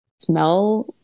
smell